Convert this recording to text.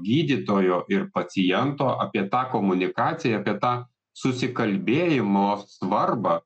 gydytojo ir paciento apie tą komunikaciją apie tą susikalbėjimo svarbą